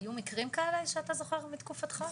היו מקרים כאלה שאתה זוכר מתקופתך?